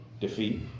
Defeat